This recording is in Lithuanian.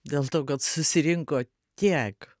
dėl to kad susirinko tiek